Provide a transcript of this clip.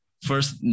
First